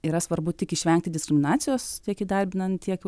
yra svarbu tik išvengti diskriminacijos tiek įdarbinant tiek